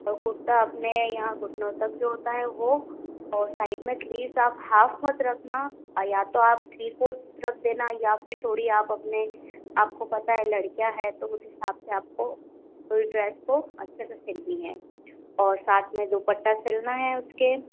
और कुर्ता अपने यहाँ घुटनों तक जो होता है वो और साइड में प्लीज़ आप हाफ मत रखना आ या तो आप थ्री फोर्थ रख देना या फिर थोड़ी आप अपने आपको पता है लड़कियाँ है तो उस हिंसाब से आपको फुल ड्रेस को अच्छे से सिलनी है और साथ में दुपट्टा सिलना है उसके